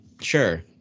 sure